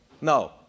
No